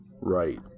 right